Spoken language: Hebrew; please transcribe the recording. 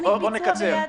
בוא נקצר.